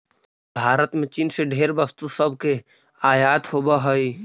भारत में चीन से ढेर वस्तु सब के आयात होब हई